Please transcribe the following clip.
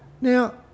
Now